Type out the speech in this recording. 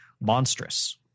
Monstrous